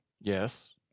Yes